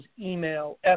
email